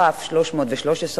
כ/313,